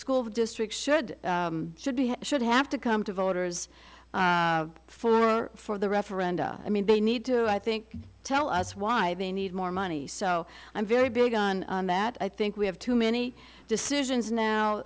school districts should should be should have to come to voters for the referenda i mean they need to i think tell us why they need more money so i'm very big on that i think we have too many decisions